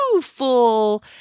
full